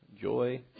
joy